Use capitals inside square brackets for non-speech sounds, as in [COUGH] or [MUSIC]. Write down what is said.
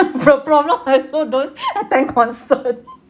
[LAUGHS] the problem I also don't [NOISE] attend concert